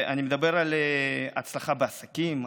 אני מדבר על הצלחה בעסקים,